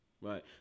Right